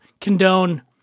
condone